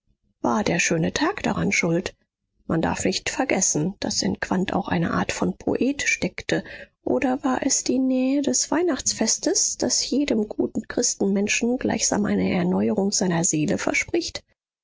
war der schöne tag daran schuld man darf nicht vergessen daß in quandt auch eine art von poet steckte oder war es die nähe des weihnachtsfestes das jedem guten christenmenschen gleichsam eine erneuerung seiner seele verspricht